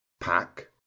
Pack